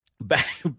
Back